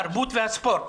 התרבות והספורט.